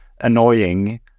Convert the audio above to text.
annoying